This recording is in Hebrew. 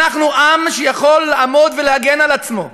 אנחנו עם שיכול לעמוד ולהגן על עצמו.